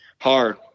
Hard